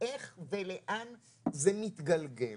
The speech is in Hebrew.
ולאן זה מתגלגל.